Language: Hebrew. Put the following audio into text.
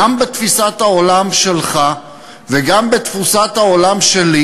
גם בתפיסת העולם שלך וגם בתפיסת העולם שלי,